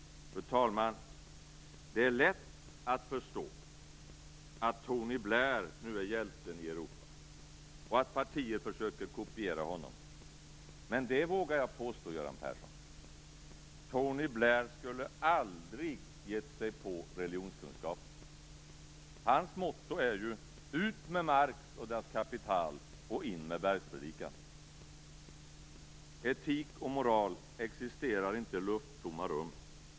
Fru talman! Det är lätt att förstå att Tony Blair nu är hjälten i Europa och att partier försöker kopiera honom. Men det vågar jag påstå, Göran Persson: Tony Blair skulle aldrig ha gett sig på religionskunskapen. Hans motto är ju: Ut med Marx och Das Kapital och in med Bergspredikan! Etik och moral existerar inte i lufttomma rum.